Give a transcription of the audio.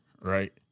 right